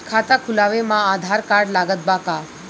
खाता खुलावे म आधार कार्ड लागत बा का?